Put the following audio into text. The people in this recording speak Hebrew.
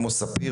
כמו ספיר,